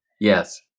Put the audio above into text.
Yes